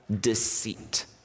Deceit